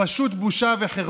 כל עם ישראל נמצא שם.